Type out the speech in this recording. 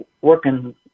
working